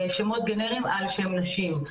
שמות גנריים על שם נשים.